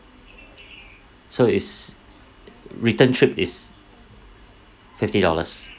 so is return trip is fifty dollars